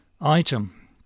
item